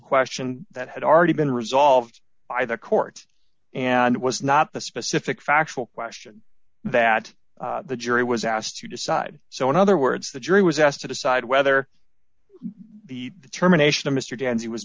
question that had already been resolved by the courts and it was not the specific factual question that the jury was asked to decide so in other words the jury was asked to decide whether the determination of mr ganns he was